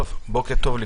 בוקר טוב,